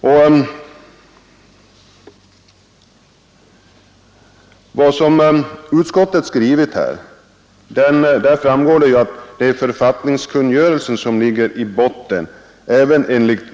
Av utskottets skrivning framgår att det är företagsnämndskungörelsen som ligger i botten.